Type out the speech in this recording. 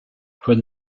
when